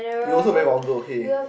you also very vulgar okay